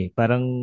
parang